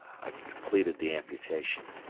i completed the amputation,